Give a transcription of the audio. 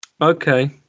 Okay